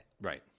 Right